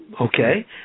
Okay